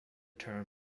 term